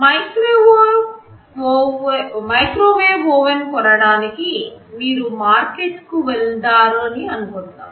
microwave oven కొనడానికి మీరు మార్కెట్కు వెళ్లారని అనుకుందాం